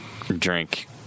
drink